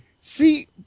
see